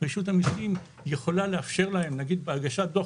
רשות המיסים יכולה לאפשר להם נגיד בהגשת דוח